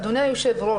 אדוני היו"ר,